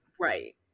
Right